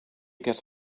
get